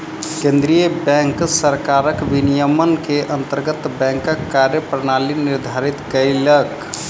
केंद्रीय बैंक सरकार विनियम के अंतर्गत बैंकक कार्य प्रणाली निर्धारित केलक